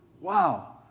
Wow